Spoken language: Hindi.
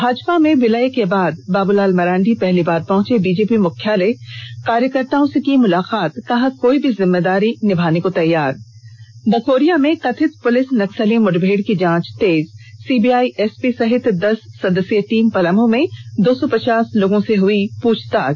भाजपा में विलय के बाद बाबूलाल मरांडी पहली बार पहुंचे बीजेपी मुख्यालय कार्यकर्ताओं से की मुलाकात कहा कोई भी जिम्मेदारी निभाने को तैयार बकोरियां में कथित पुलिस नक्सली मुठभेड़ की जांच तेज सीबीआई एसपी सहित दस सदस्यीय टीम पलामू में दो सौ पचास लोगों से हुई पूछताछ